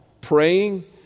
Praying